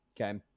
okay